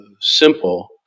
simple